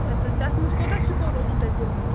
ٲں تہٕ تَتھ منٛز کوتاہ سِکور اوسوٕ تۄہہِ کوٚرمُت